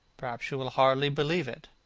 perhaps you will hardly believe it.